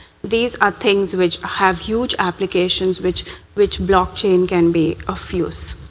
these are things which have huge applications, which which blockchain can be of use.